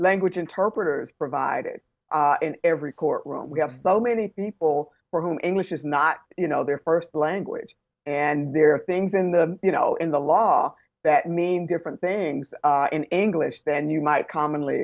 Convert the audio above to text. language interpreters provided in every courtroom we have so many people for whom english is not you know their first language and there are things in the you know in the law that mean different things in english than you might commonly